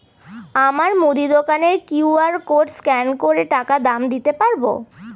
আমার মুদি দোকানের কিউ.আর কোড স্ক্যান করে টাকা দাম দিতে পারব?